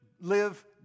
live